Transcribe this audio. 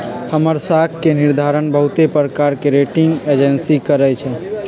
हमर साख के निर्धारण बहुते प्रकार के रेटिंग एजेंसी करइ छै